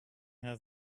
how